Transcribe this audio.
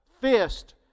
fist